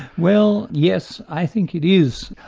well yes, i think it is.